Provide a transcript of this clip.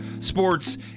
sports